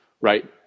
right